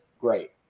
great